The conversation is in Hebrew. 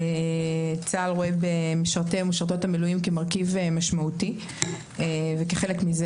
צה"ל רואה במשרתי ומשרתות המילואים כמרכיב משמעותי וכחלק מזה,